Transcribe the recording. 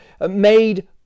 made